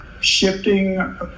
shifting